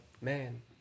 man